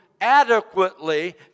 adequately